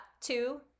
two